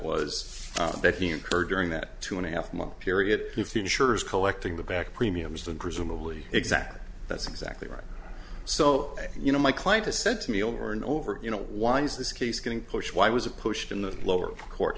was that he incurred during that two and a half month period you feel sure is collecting the back premiums and presumably exactly that's exactly right so you know my client has said to me over and over you know why is this case getting pushed why was it pushed in the lower court